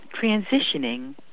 transitioning